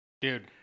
dude